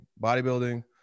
bodybuilding